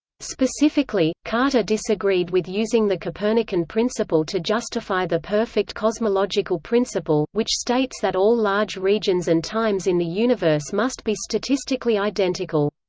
specifically, carter disagreed with using the copernican principle to justify the perfect cosmological principle, which states that all large regions and times in the universe must be statistically identical.